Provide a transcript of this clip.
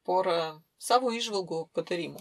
pora savo įžvalgų patarimų